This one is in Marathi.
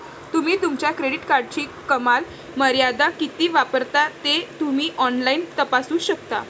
तुम्ही तुमच्या क्रेडिट कार्डची कमाल मर्यादा किती वापरता ते तुम्ही ऑनलाइन तपासू शकता